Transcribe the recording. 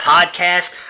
Podcast